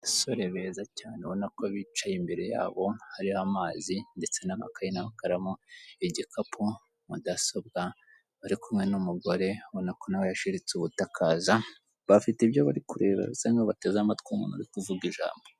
Abasore beza cyane ubona ko bicaye imbere yabo hariho amazi ndetse n'amakayi n'amakaramu, igikapu, mudasobwa. Bari kumwe n'umugore ubona ko nawe yashiritse ubute akaza, bafite ibyo bari kureba basa nkaho bateze amatwi umuntu uri kuvuga ijambo.